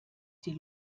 die